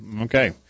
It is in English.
Okay